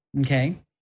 Okay